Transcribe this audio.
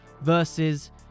versus